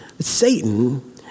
Satan